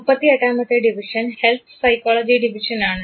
38 മത്തെ division health psychology ഡിവിഷനാണ്